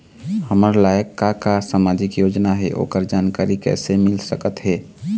हमर लायक का का सामाजिक योजना हे, ओकर जानकारी कइसे मील सकत हे?